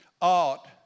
art